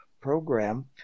program